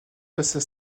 passées